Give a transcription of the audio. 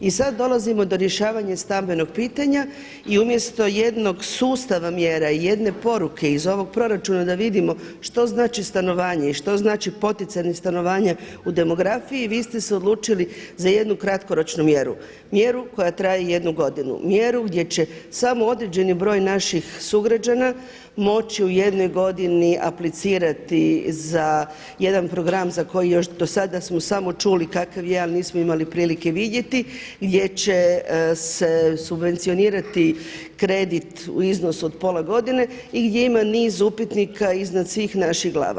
I sada dolazimo do rješavanja stambenog pitanja i umjesto jednog sustava mjera i jedne poruke iz ovog proračuna da vidimo što znači stanovanje i što znači poticanje stanovanja u demografiji, vi ste se odlučili za jednu kratkoročnu mjeru, mjeru koja traje jednu godinu, mjeru gdje će samo određeni broj naših sugrađana moći u jednoj godini aplicirati za jedan program za koji još do sada smo samo čuli kakav je, ali nismo imali prilike vidjeti gdje će se subvencionirati kredit u iznosu od pola godine i gdje ima niz upitnika iznad svih naših glava.